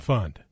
Fund